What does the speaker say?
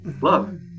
love